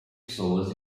pessoas